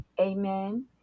amen